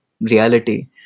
reality